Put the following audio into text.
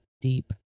deep